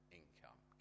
income